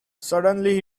suddenly